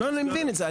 לא, אני מבין את זה.